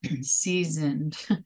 seasoned